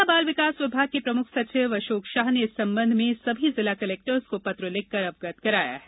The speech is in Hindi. महिला बाल विकास विभाग के प्रमुख सचिव अशोक शाह ने इस संबंध में सभी जिला कलेक्टर्स को पत्र लिख कर अवगत कराया है